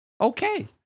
okay